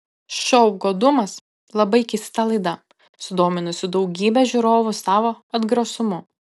šou godumas labai keista laida sudominusi daugybę žiūrovu savo atgrasumu